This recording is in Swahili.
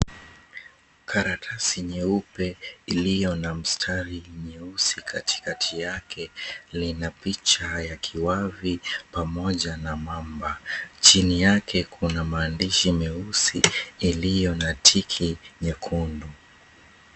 Karatasi nyeupe iliyo na mstari nyeusi katikati yake lina picha ya kiwavi pamoja na mamba. Chini yake kuna maandishi meusi iliyo na tiki nyekundu.